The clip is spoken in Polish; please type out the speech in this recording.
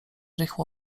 rychło